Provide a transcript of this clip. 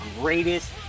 greatest